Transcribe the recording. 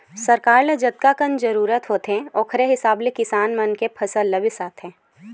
सरकार ल जतकाकन जरूरत होथे ओखरे हिसाब ले किसान मन के फसल ल बिसाथे